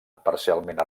parcialment